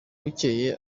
bukeye